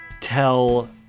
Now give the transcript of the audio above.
tell